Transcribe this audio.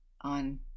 on